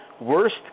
worst